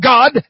God